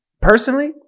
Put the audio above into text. personally